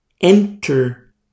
enter